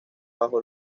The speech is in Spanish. bajo